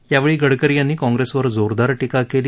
यावेळी गडकरी यांनी काँप्रसेवर जोरादार टीका केली